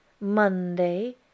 Monday